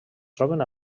troben